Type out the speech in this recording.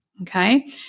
okay